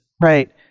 right